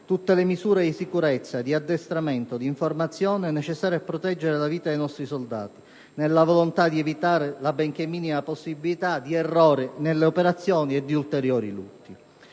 tutte le misure di sicurezza, di addestramento, di informazione necessarie a proteggere la vita dei nostri soldati, nella volontà di evitare la benché minima possibilità di errore nelle operazioni e di ulteriori lutti.